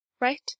right